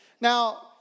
Now